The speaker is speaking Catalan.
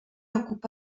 ocupa